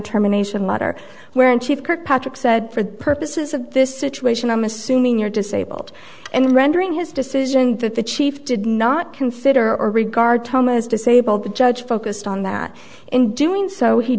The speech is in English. terminations matter where in chief kirkpatrick said for the purposes of this situation i'm assuming you're disabled and rendering his decision that the chief did not consider or regard thomas disabled the judge focused on that in doing so he